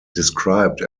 described